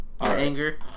anger